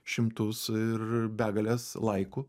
šimtus ir begales laikų